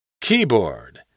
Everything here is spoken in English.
Keyboard